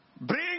bring